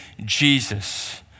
Jesus